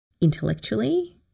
intellectually